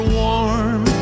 warm